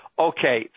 Okay